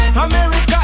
America